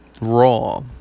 raw